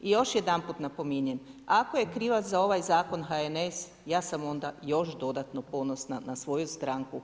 Još jedanput napominjem, ako je krivac za ovaj zakon HNS, ja sam onda još dodatno ponosna na svoju stranku HNS.